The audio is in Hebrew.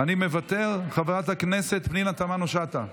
אני, מוותר, חברת הכנסת פנינה תמנו שטה,